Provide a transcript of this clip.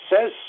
says